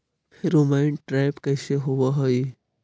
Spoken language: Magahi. फेरोमोन ट्रैप कैसे होब हई?